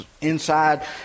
inside